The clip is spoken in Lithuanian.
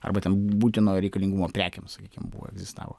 arba ten būtino reikalingumo prekėm sakykim buvo egzistavo